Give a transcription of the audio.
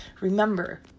Remember